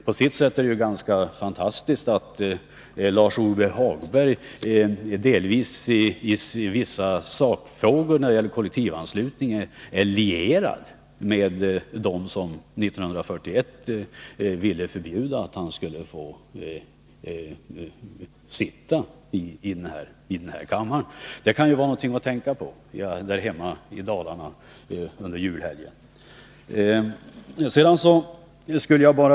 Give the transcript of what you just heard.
På sitt sätt är det ganska fantastiskt att Lars-Ove Hagberg delvis i vissa sakfrågor när det gäller kollektivanslutningen är allierad med dem som 1941 ville förbjuda honom att sitta här i kammaren. Det kan vara någonting att tänka på där hemma i Dalarna under julhelgen.